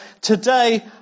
today